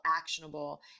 actionable